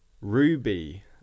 Ruby